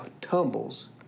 tumbles